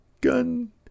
gun